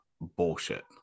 bullshit